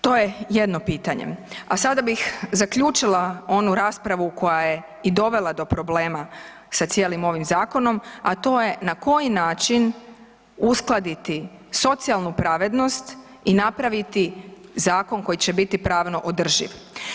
To je jedno pitanje, a sada bih zaključila onu raspravu koja je i dovela do problema sa cijelim ovim zakonom, a to je na koji način uskladiti socijalnu pravednost i napraviti zakon koji će biti pravno održiv.